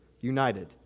united